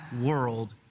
world